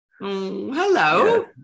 hello